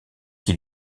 qui